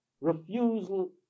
refusal